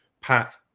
Pat